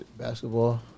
Basketball